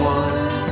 one